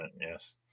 yes